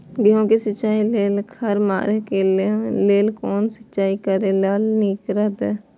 गेहूँ के सिंचाई लेल खर मारे के लेल कोन सिंचाई करे ल नीक रहैत?